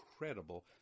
incredible